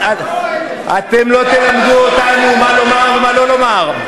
סליחה, אתם לא תלמדו אותנו מה לומר ומה לא לומר.